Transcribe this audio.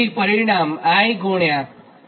તેથી પરિણામ I XL- XC છે